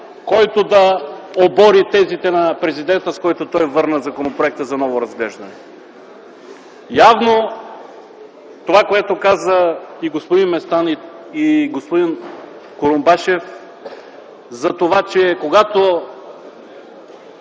който да обори тезите на президента, с които той върна законопроекта за ново разглеждане. Явно е това, което казаха и господин Местан, и господин Курумбашев за това, че когато